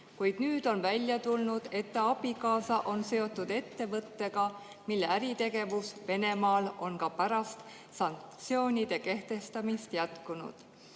kuid nüüd on välja tulnud, et ta abikaasa on seotud ettevõttega, mille äritegevus Venemaal on ka pärast sanktsioonide kehtestamist jätkunud.